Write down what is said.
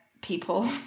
people